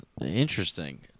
Interesting